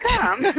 come